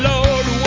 Lord